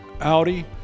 Audi